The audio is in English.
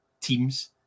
teams